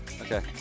Okay